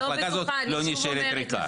המחלקה הזאת לא נשארת ריקה.